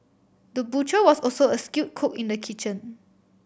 the butcher was also a skilled cook in the kitchen